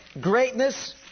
greatness